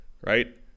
right